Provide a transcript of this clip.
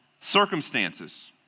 circumstances